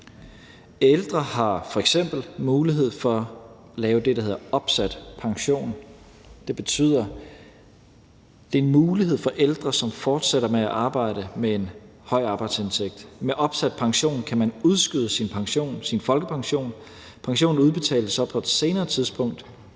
Ældre har f.eks. mulighed for at lave det, der hedder opsat pension. Det betyder, at det er en mulighed for ældre, som fortsætter med at arbejde med en høj arbejdsindtægt, at de med opsat pension kan udskyde deres folkepension. Pensionen udbetales så på et senere tidspunkt,